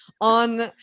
on